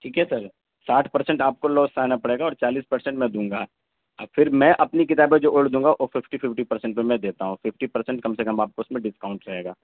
ٹھیک ہے سر ساٹھ پرسینٹ آپ کو لوس اٹھانا پڑے گا اور چالیس پرسینٹ میں دوں گا اور پھر میں اپنی کتابیں جو اولڈ دوں گا وہ ففٹی ففٹی پرسینٹ پہ میں دیتا ہوں ففٹی پرسینٹ کم سے کم آپ کو اس پہ ڈسکاؤنٹ رہے گا